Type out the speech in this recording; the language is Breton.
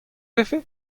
vefe